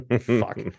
fuck